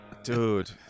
dude